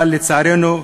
אבל, לצערנו,